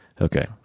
okay